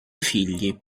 figli